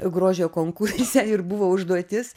grožio konkurse ir buvo užduotis